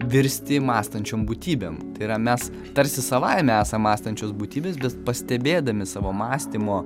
virsti mąstančiom būtybėm tai yra mes tarsi savaime esam mąstančios būtybės bet pastebėdami savo mąstymo